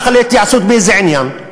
להתייעצות באיזה עניין.